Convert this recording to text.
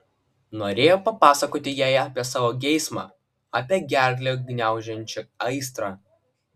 norėjo papasakoti jai apie savo geismą apie gerklę gniaužiančią aistrą